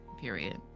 Period